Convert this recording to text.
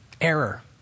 error